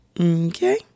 Okay